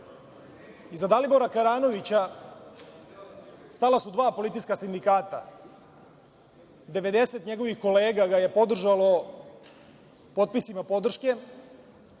Dalibora Karanovića stala su dva policijska sindikata, 90 njegovih kolega ga je podržalo potpisima podrške,